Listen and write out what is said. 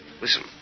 Listen